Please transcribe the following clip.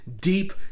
deep